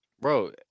bro